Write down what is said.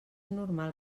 normal